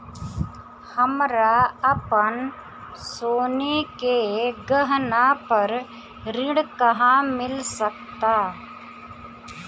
हमरा अपन सोने के गहना पर ऋण कहां मिल सकता?